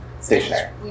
stationary